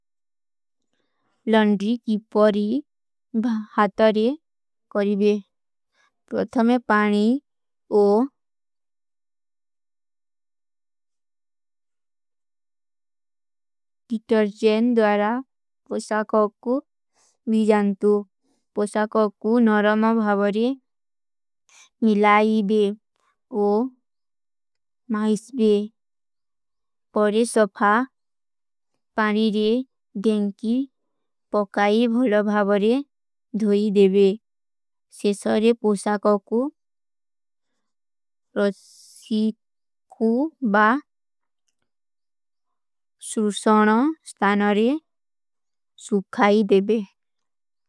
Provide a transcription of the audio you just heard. ଲଂଡ୍ରୀ କୀ ପରୀ ହାତରେ କରିବେ। ପ୍ରଥମେ ପାନୀ ଓ ଦିଟର୍ଚେନ ଦ୍ଵାରା ପୋଶାକୋ କୂ ବିଜାନତୂ। ପୋଶାକୋ କୂ ନରମା ଭାଵରେ ମିଲାଈବେ ଓ ମାଈସବେ। ପରେ ସଫା ପାନୀ ରେ ଦେଂକୀ ପକାଈ ଭୁଲା ଭାଵରେ ଧୋଈ ଦେବେ। ସେସରେ ପୋଶାକୋ କୂ ପ୍ରସୀଦ କୂ ବା ସୁର୍ଶନ ସ୍ଥାନରେ ସୁଖାଈ ଦେବେ।